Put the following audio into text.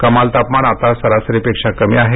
कमाल तापमान आता सरासरीपेक्षा कमी आहे